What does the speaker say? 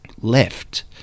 left